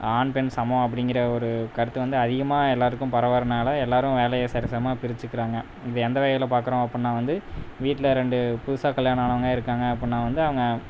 ஆண் பெண் சமம் அப்படிங்குற ஒரு கருத்து வந்து அதிகமாக எல்லோருக்கும் பரவறதுனால எல்லோருக்கும் வேலையை சரி சமமாக பிரித்திக்கிறாங்க இது எந்த வகையில் பார்க்குறோம் அப்புடின்னா வந்து வீட்டில் ரெண்டு புதுசாக கல்யாணம் ஆனவங்க இருக்காங்க அப்புடினா வந்து அவங்க